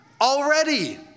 Already